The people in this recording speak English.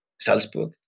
Salzburg